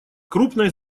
крупной